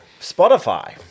Spotify